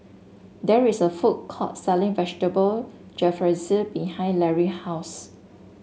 there is a food court selling Vegetable Jalfrezi behind Lary house